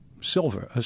silver